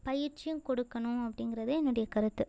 பயிற்சியும் கொடுக்கணும் அப்படிங்கிறது என்னுடைய கருத்து